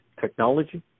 technology